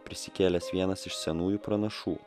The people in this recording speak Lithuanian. prisikėlęs vienas iš senųjų pranašų